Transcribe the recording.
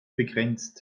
begrenzt